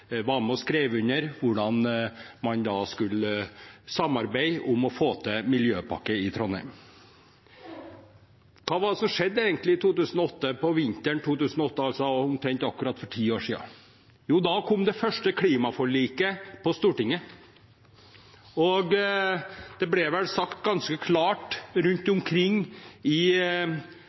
var med og skrev under på hvordan man skulle samarbeide om å få til Miljøpakke Trondheim. Hva skjedde egentlig på vinteren i 2008, for omtrent akkurat ti år siden? Jo, da kom det første klimaforliket på Stortinget. Det ble vel sagt ganske klart rundt omkring i